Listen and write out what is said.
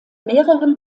mehreren